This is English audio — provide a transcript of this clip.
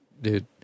dude